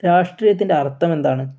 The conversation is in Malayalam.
രാഷ്ട്രീയത്തിൻ്റെ അർത്ഥമെന്താണ്